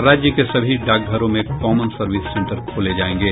और राज्य के सभी डाकघरों में कॉमन सर्विस सेंटर खोले जायेंगे